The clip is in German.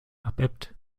abebbt